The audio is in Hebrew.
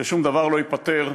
שום דבר לא ייפתר,